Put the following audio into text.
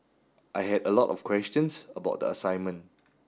I had a lot of questions about the assignment